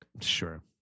Sure